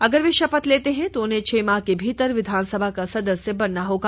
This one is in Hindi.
यदि वे शपथ लेते हैं तो उन्हें छह माह के भीतर विधानसभा का सदस्य बनना होगा